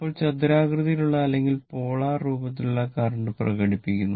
ഇപ്പോൾ ചതുരാകൃതിയിലുള്ള അല്ലെങ്കിൽ പോളാർ രൂപത്തിൽ കറന്റ് പ്രകടിപ്പിക്കുന്നു